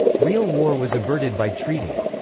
real war was averted by treaty.